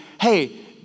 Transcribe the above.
hey